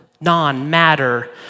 non-matter